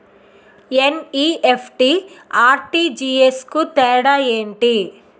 NEFT, RTGS కు తేడా ఏంటి?